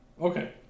Okay